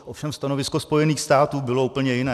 Ovšem stanovisko Spojených států bylo úplně jiné.